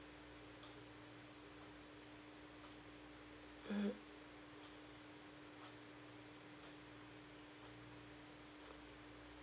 mmhmm